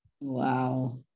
Wow